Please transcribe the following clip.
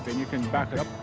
and you can back it up.